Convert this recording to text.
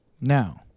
Now